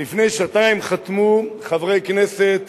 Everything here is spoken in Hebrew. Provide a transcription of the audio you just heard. חתמו לפני שנתיים חברי כנסת